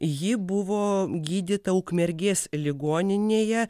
ji buvo gydyta ukmergės ligoninėje